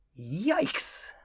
Yikes